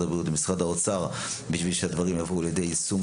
הבריאות לבין משרד האוצר כדי שהדברים יבואו לידי יישום,